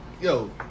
Yo